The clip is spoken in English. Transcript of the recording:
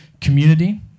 community